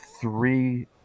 three